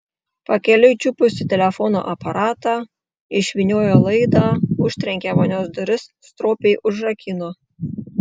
pakeliui čiupusi telefono aparatą išvyniojo laidą užtrenkė vonios duris stropiai užrakino